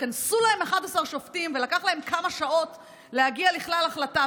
התכנסו להם 11 שופטים ולקח להם כמה שעות להגיע לכלל החלטה.